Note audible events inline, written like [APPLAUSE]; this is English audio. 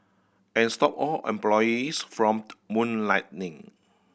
and stop all [UNINTELLIGIBLE] employees from [UNINTELLIGIBLE] moonlighting